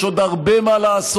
יש עוד הרבה מה לעשות,